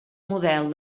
model